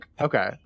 Okay